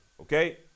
Okay